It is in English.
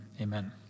amen